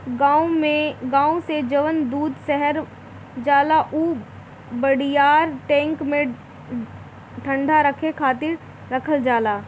गाँव से जवन दूध शहर जाला उ बड़ियार टैंक में ठंडा रखे खातिर रखल जाला